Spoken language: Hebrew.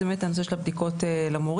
זה באמת הנושא של הבדיקות למורים,